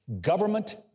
government